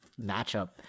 matchup